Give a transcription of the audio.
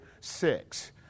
six